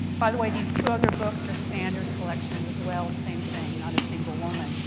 by the way, these two other books are standard collections as well. same thing. not a single woman.